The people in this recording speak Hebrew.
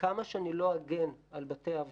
וכמה שאני לא אגן על בתי האבות,